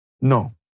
No